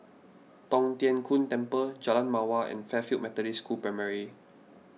Tong Tien Kung Temple Jalan Mawar and Fairfield Methodist School Primary